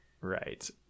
Right